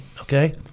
okay